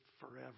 forever